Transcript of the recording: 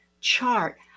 chart